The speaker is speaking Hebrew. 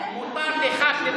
אתה לא מקשיב.